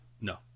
No